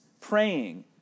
praying